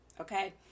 okay